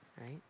right